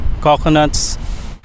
coconuts